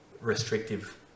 restrictive